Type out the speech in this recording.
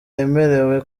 yemerewe